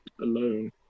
alone